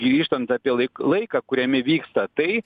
grįžtant apie laik laiką kuriame vyksta tai